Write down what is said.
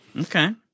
Okay